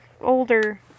older